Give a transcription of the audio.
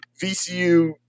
VCU